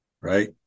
right